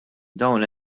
dawn